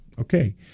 Okay